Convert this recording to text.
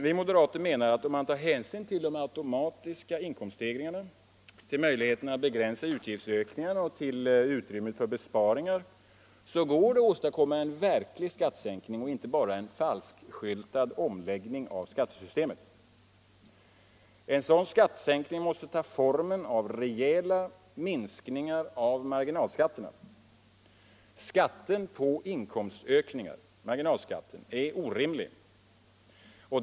Vi moderater menar att om man tar hänsyn till de automatiska inkomststegringarna, till möjligheten att begränsa utgiftsökningarna och till utrymmet för besparingar går det att åstadkomma en verklig skattesänkning och inte bara en falskskyltad omläggning av skattesystemet. En sådan skattesänkning måste ta formen av rejäla minskningar av marginalskatterna. Skatten på inkomstökningar — marginalskatten — är orimlig.